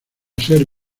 ser